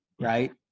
right